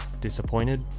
disappointed